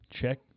Check